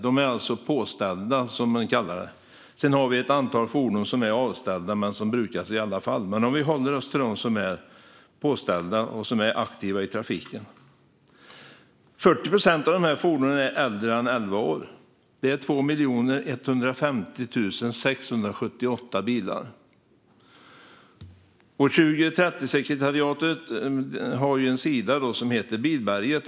De är alltså påställda, som det kallas. Sedan har vi ett antal fordon som är avställda men som brukas i alla fall. Men vi kan hålla oss till bilar som är påställda och aktiva i trafiken. 40 procent av dessa fordon är äldre än elva år. Det är 2 150 678 bilar. 2030-sekretariatet har en sida som heter Bilberget.